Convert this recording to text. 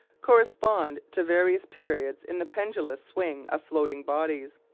correspond to various periods in the pendulous swing of floating bodies.